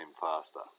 faster